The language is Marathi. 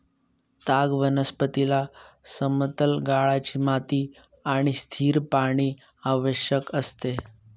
ताग वनस्पतीला समतल गाळाची माती आणि स्थिर पाणी आवश्यक असते